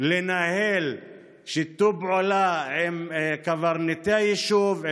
לנהל שיתוף פעולה עם קברניטי היישוב,